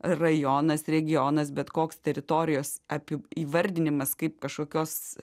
rajonas regionas bet koks teritorijos api įvardinimas kaip kažkokios